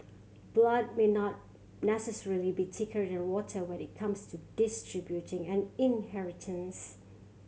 blood may not necessarily be thicker than water when it comes to distributing an inheritance